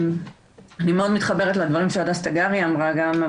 אני מאוד מתחברת לדברים שהדס תגרי אמרה גם,